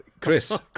Chris